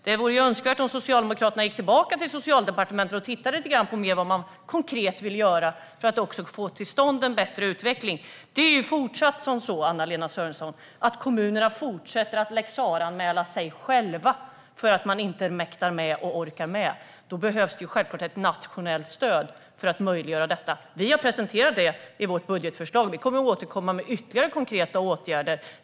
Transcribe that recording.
Det vore önskvärt om Socialdemokraterna gick tillbaka till Socialdepartementet och tittade lite mer på vad man konkret vill göra för att få till stånd en bättre utveckling. Det är ju så, Anna-Lena Sörenson, att kommunerna fortsätter att lex Sarah-anmäla sig själva, eftersom man inte mäktar med och orkar med. Då behövs det självklart ett nationellt stöd för att möjliggöra detta. Vi har presenterat ett sådant i vårt budgetförslag, och vi kommer att återkomma med ytterligare konkreta åtgärder.